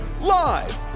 live